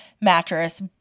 mattress